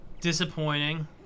Disappointing